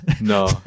No